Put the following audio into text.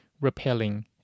repelling